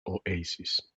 oasis